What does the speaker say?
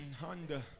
Honda